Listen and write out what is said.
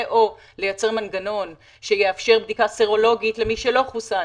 ו/או לייצר מנגנון שיאפשר בדיקה סרולוגית למי שלא חוסן,